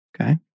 Okay